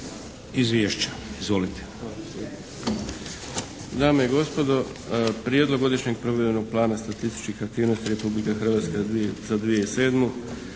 izvješća. Izvolite.